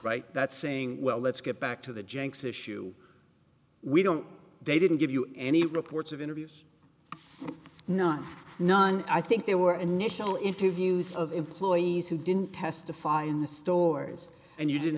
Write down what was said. right that's saying well let's get back to the janks issue we don't they didn't give you any reports of interviews not none i think there were initial interviews of employees who didn't testify in the stores and you didn't